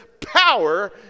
power